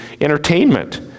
entertainment